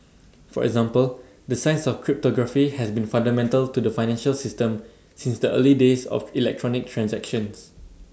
for example the science of cryptography has been fundamental to the financial system since the early days of electronic transactions